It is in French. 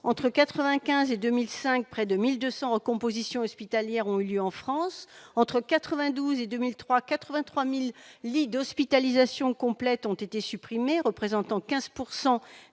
entre 1995 et 2005, près de 1 200 recompositions hospitalières ont eu lieu en France ; entre 1992 et 2003, 83 000 lits d'hospitalisation complète ont été supprimés, soit 15 %